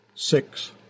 Six